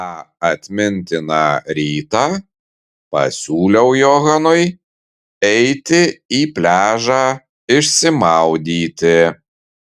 tą atmintiną rytą pasiūliau johanui eiti į pliažą išsimaudyti